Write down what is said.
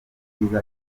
igitego